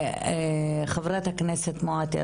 חברת הכנסת מואטי,